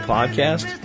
Podcast